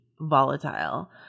volatile